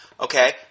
Okay